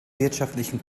wirtschaftlichen